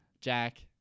Jack